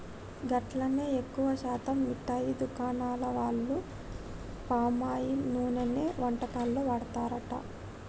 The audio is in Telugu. గట్లనే ఎక్కువ శాతం మిఠాయి దుకాణాల వాళ్లు పామాయిల్ నూనెనే వంటకాల్లో వాడతారట